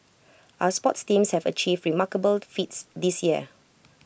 our sports teams have achieved remarkable feats this year